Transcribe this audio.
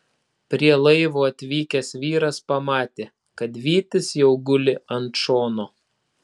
prie laivo atvykęs vyras pamatė kad vytis jau guli ant šono